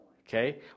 okay